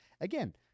Again